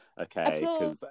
Okay